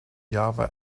java